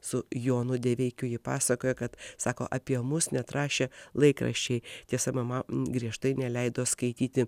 su jonu deveikiu ji pasakoja kad sako apie mus net rašė laikraščiai tiesa mama griežtai neleido skaityti